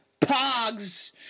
Pogs